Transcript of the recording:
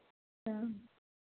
तैँ